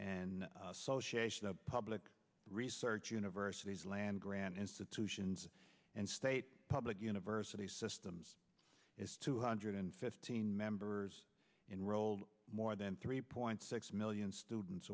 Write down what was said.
of public research universities land grant institutions and state public university systems is two hundred fifteen members enrolled more than three point six million students